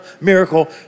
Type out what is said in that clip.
miracle